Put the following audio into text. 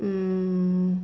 mm